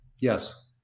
Yes